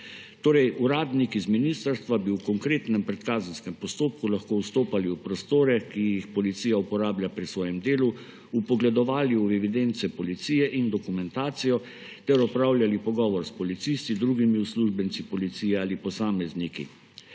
Torej uradniki z ministrstva bi v konkretnem predkazenskem postopku lahko vstopali v prostore, ki jih policija uporablja pri svojem delu, vpogledovali v evidence policije in dokumentacijo ter opravljali pogovor s policisti, drugimi uslužbenci policije ali posamezniki.